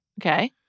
Okay